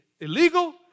illegal